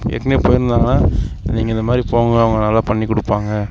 ஏற்கனவே போயிருந்தாங்கன்னால் நீங்கள் இந்த மாதிரி போங்க அவங்க நல்லா பண்ணி கொடுப்பாங்க